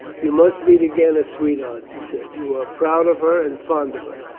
you must meet again as sweethearts he said. you are proud of her, and fond of her.